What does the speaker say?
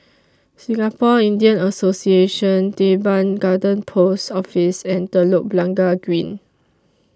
Singapore Indian Association Teban Garden Post Office and Telok Blangah Green